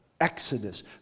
exodus